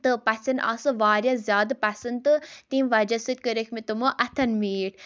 تہٕ پَژھٮ۪ن آو سُہ واریاہ زیادٕ پَسنٛد تہٕ تیٚمہِ وَجہ سۭتۍ کٔرِکھ مےٚ تِمو اَتھَن میٖٹ